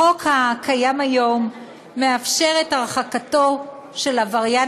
החוק הקיים היום מאפשר את הרחקתו של עבריין